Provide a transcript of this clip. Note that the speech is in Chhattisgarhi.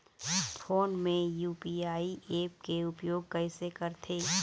फोन मे यू.पी.आई ऐप के उपयोग कइसे करथे?